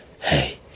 Hey